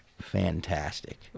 fantastic